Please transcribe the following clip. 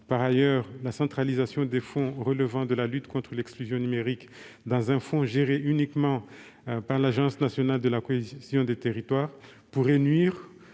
Par ailleurs, la centralisation des crédits relevant de la lutte contre l'exclusion numérique dans un fonds géré uniquement par l'Agence nationale de la cohésion des territoires pourrait nuire